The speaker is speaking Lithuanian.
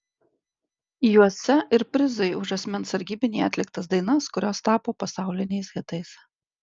juose ir prizai už asmens sargybinyje atliktas dainas kurios tapo pasauliniais hitais